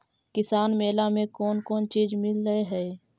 किसान मेला मे कोन कोन चिज मिलै है?